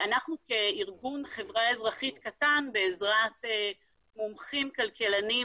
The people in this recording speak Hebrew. אנחנו כארגון חברה אזרחית קטן בעזרת מומחים כלכלנים